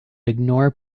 ignore